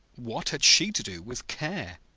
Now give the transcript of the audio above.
what had she to do with care?